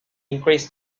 increased